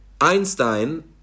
Einstein